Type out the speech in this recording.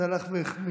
וזה הלך והחמיר.